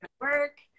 work